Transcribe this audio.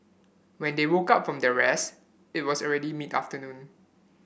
when they woke up from their rest it was already mid afternoon